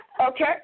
Okay